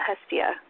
Hestia